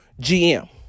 GM